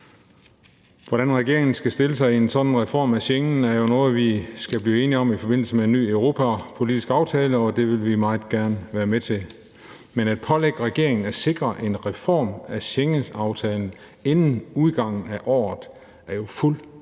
Hvordan regeringen skal stille sig i en sådan reform af Schengen, er jo noget, vi skal blive enige om i forbindelse med en ny europapolitisk aftale, og det vil vi meget gerne være med til; men at pålægge regeringen at sikre en reform af Schengenaftalen inden udgangen af året er jo fuldstændig